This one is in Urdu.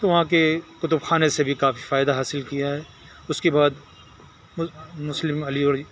تو وہاں کے کتب خانے سے بھی کافی فائدہ حاصل کیا ہے اس کے بعد مسلم علی گڑھ